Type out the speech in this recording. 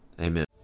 Amen